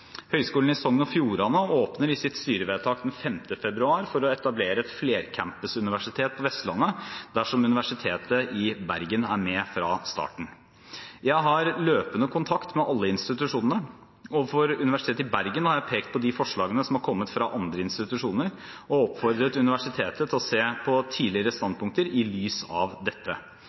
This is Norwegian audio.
i Sogn og Fjordane åpner i sitt styrevedtak den 5. februar for å etablere et flercampus-universitet på Vestlandet dersom Universitetet i Bergen er med fra starten. Jeg har løpende kontakt med alle institusjonene. Overfor Universitetet i Bergen har jeg pekt på de forslagene som har kommet fra andre institusjoner, og oppfordret universitetet til å se på tidligere standpunkter i lys av dette.